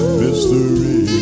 mystery